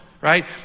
right